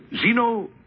Zeno